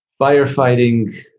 firefighting